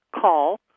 call